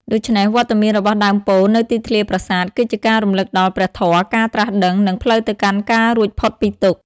ដូច្នេះ វត្តមានរបស់ដើមពោធិ៍នៅទីធ្លាប្រាសាទ គឺជាការរំលឹកដល់ ព្រះធម៌ ការត្រាស់ដឹង និងផ្លូវទៅកាន់ការរួចផុតពីទុក្ខ។